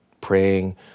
praying